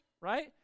right